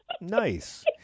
Nice